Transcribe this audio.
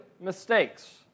mistakes